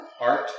Art